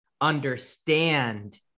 understand